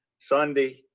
Sunday